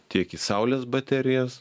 tiek į saulės baterijas